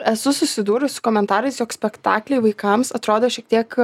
esu susidūrusi su komentarais jog spektakliai vaikams atrodo šiek tiek